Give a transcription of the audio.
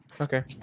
Okay